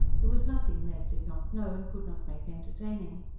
there was nothing ned did not know, and could not make entertaining.